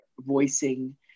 voicing